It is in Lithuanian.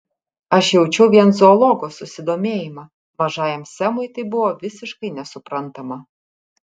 aš jaučiau vien zoologo susidomėjimą mažajam semui tai buvo visiškai nesuprantama